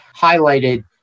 highlighted